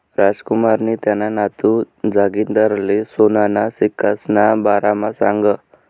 रामकुमारनी त्याना नातू जागिंदरले सोनाना सिक्कासना बारामा सांगं